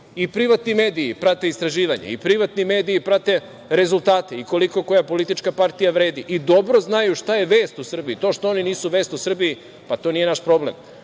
privatni mediji prate istraživanje, i privatni mediji prate rezultate i koliko koja politička partija vredi i dobro znaju šta je vest u Srbiji. To što oni nisu vest u Srbiji, pa to nije naš problem.